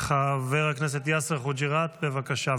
חבר הכנסת יאסר חוג'יראת, בבקשה.